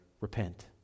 Repent